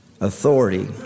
authority